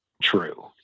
true